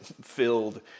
filled